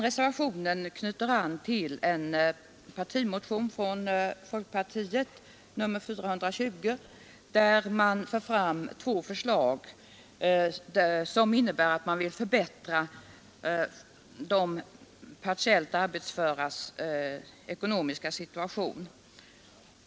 Reservationen knyter an till en partimotion från folkpartiet, nr 420, där motionärerna för fram två förslag, som syftar till att förbättra de partiellt arbetsföras ekonomiska situation.